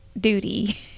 duty